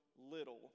little